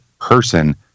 person